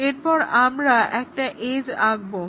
এরপর আমরা একটা এজ্ আঁকবো